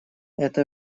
это